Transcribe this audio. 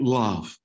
love